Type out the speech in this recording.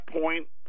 point